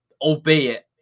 albeit